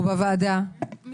זאת